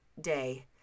day